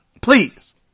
please